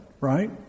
right